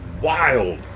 wild